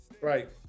Right